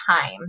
time